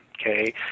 okay